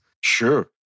Sure